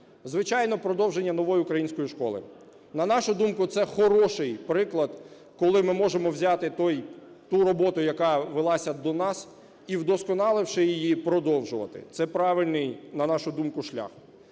Звичайно, продовження Нової української школи. На нашу думку, це хороший приклад, коли ми можемо взяти той… ту роботу, яка велася до нас і, вдосконаливши, її продовжувати. Це правильний, на нашу думку, шлях.